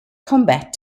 combat